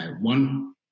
one